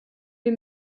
wir